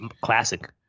classic